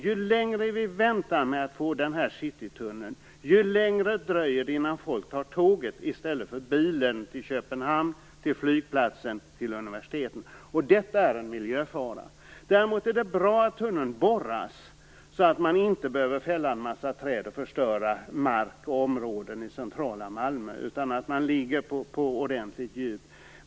Ju längre vi väntar med Citytunneln, desto längre dröjer det innan folk tar tåget i stället för bilen till Köpenhamn, till flygplatsen och till universiteten. Detta är en miljöfara. Däremot är det bra att tunneln borras så att man inte behöver fälla en massa träd och förstöra mark och områden i centrala Malmö, utan att man lägger den på ordentligt djup.